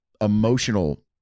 emotional